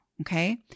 Okay